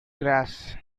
grass